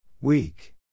Weak